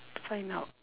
find out